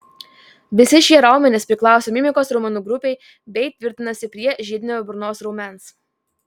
visi šie raumenys priklauso mimikos raumenų grupei bei tvirtinasi prie žiedinio burnos raumens